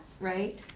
right